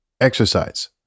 Exercise –